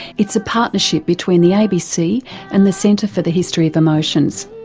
it's a partnership between the abc and the centre for the history of emotions.